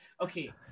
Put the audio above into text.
Okay